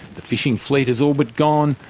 the fishing fleet is all but gone,